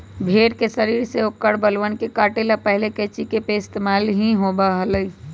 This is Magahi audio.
भेड़ के शरीर से औकर बलवन के काटे ला पहले कैंची के पइस्तेमाल ही होबा हलय